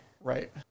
Right